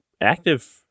active